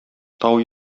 тау